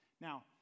Now